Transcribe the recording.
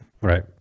Right